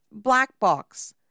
Blackbox